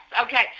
okay